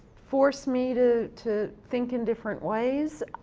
force me to to think in different ways.